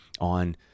on